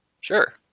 Sure